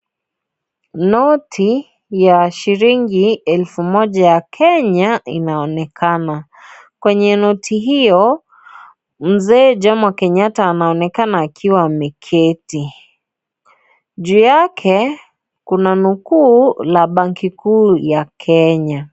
Noti ya shilingi elfu moja ya Kenya inaonekana. Kwenye noti hiyo mzee Jomo Kenyatta anaonekana amekiti. Juu yake kuna nukuu la Banki Kuu ya Kenya.